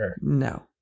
no